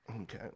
okay